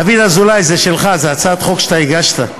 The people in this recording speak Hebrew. דוד אזולאי, זה שלך, זו הצעת חוק שאתה הגשת,